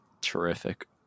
Terrific